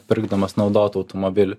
pirkdamas naudotą automobilį